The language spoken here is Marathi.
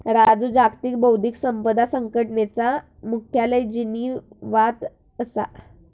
राजू जागतिक बौध्दिक संपदा संघटनेचा मुख्यालय जिनीवात असा